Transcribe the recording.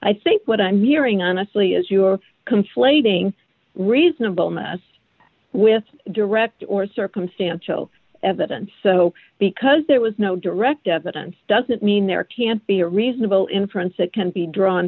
i think what i'm hearing honestly is you are conflating reasonableness with direct or circumstantial evidence so because there was no direct evidence doesn't mean there can't be a reasonable inference that can be drawn